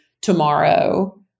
tomorrow